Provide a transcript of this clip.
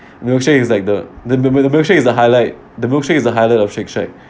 milkshake is like the the the milkshake is the highlight the milkshake is the highlight of shake shack